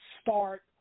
start